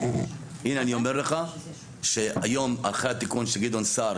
הנה אני אומר לך שהיום אחרי התיקון של גדעון סער,